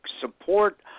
support